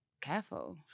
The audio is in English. careful